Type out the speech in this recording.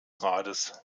rates